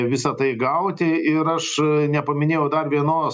visa tai gauti ir aš nepaminėjau dar vienos